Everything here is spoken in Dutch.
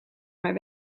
mijn